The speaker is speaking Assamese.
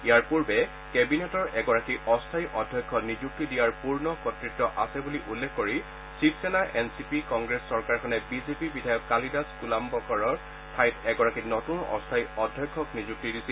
ইয়াৰ পূৰ্বে কেবিনেটৰ এগৰাকী অস্থায়ী অধ্যক্ষ নিযুক্তি দিয়াৰ পূৰ্ণ কৰ্তৃত্ব আছে বুলি উল্লেখ কৰি শিৱসেনা এনচিপি কংগ্ৰেছ চৰকাৰখনে বিজেপি বিধায়ক কালিদাস কোলাম্বকৰৰ ঠাইত এগৰাকী নতুন অস্থায়ী অধ্যক্ষক নিযুক্তি দিছিল